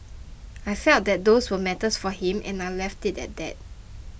I felt that those were matters for him and I left it at that